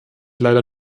leider